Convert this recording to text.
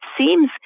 seems